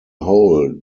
whole